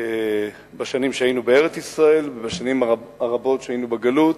בשנים שהיינו בארץ-ישראל ובשנים הרבות שהיינו בגלות,